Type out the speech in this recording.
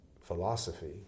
philosophy